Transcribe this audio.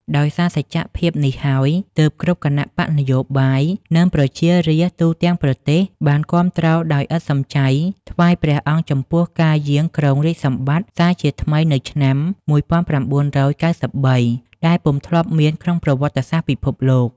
ដោយសារសច្ចភាពនេះហើយ ទើបគ្រប់គណបក្សនយោបាយ និងប្រជារាស្ត្រទូទាំងប្រទេសបានគាំទ្រដោយឥតសំចៃថ្វាយព្រះអង្គចំពោះការយាងគ្រងរាជសម្បត្តិសារជាថ្មីនៅឆ្នាំ១៩៩៣ ដែលពុំធ្លាប់មានក្នុងប្រវត្តិសាស្ត្រពិភពលោក។